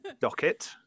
docket